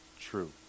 true